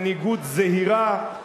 מנהיגות זהירה.